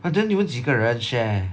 !huh! then 你们几个人 share